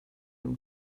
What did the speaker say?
him